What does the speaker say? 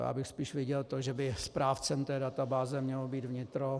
Já bych spíš viděl to, že by správcem té databáze mělo být vnitro.